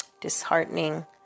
disheartening